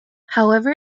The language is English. however